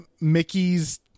Mickey's